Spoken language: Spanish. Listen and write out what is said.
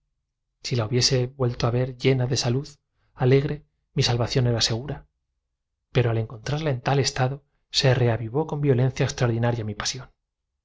si la hubiese vuelto a ver llena de salud banquero y eso teníame inquieta y me crispaba los nervios lo alegre mi salvación era segura pero al encontrarla en tal estado se el pobre extraordinario empero es que taillefer con sufrir tan reavivó con violencia extraordinaria mi pasión